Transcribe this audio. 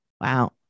Wow